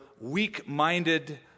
weak-minded